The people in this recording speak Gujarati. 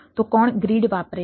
તો કોણ ગ્રીડ વાપરે છે